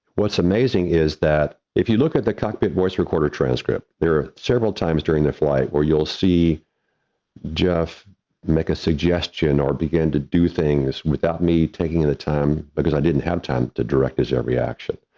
what's amazing is that if you look at the cockpit voice recorder transcript, there are several times during the flight or you'll see jeff make a suggestion or begin to do things without me taking the time because i didn't have time to direct his every action.